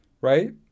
right